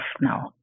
now